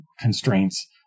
constraints